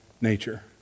nature